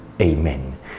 Amen